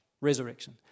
resurrection